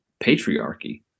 patriarchy